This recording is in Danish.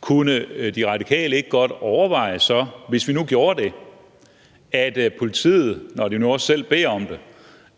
Kunne De Radikale ikke godt overveje, hvis vi nu gjorde det, at politiet, når de nu også selv beder om det,